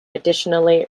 additionally